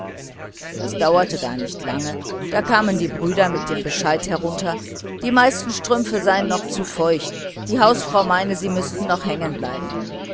es dauerte gar nicht lange da kamen die brüder mit dem bescheid herunter die meisten strümpfe seien noch zu feucht die hausfrau meine sie müßten noch hängen bleiben